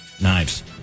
Knives